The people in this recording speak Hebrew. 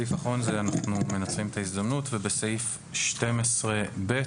בסעיף 12(ב)